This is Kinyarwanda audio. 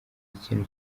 ikintu